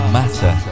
matter